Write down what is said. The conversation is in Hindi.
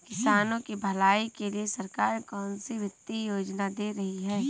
किसानों की भलाई के लिए सरकार कौनसी वित्तीय योजना दे रही है?